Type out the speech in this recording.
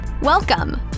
Welcome